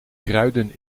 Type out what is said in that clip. kruiden